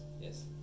Yes